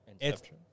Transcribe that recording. Inception